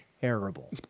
terrible